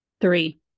Three